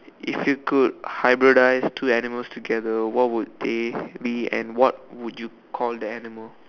if you could hybridize two animals together what would they be and what would you call the animal